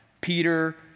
Peter